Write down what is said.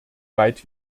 weit